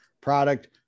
product